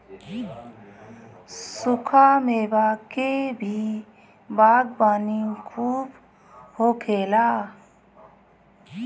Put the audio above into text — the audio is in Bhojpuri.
सुखा मेवा के भी बागवानी खूब होखेला